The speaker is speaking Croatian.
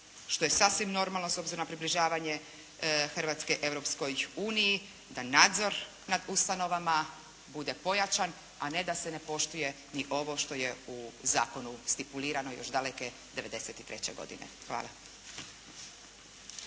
što je sasvim normalno s obzirom na približavanje Hrvatske Europskoj uniji, da nadzor nad ustanovama bude pojačan, a ne da se ne poštuje ni ovo što je u zakonu stipulirano još daleko 93. godine. Hvala.